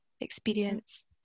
experience